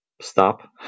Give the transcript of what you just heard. stop